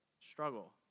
struggle